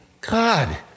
God